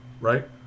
right